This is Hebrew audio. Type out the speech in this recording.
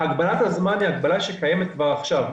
הגבלת הזמן היא הגבלה שקיימת כבר עכשיו.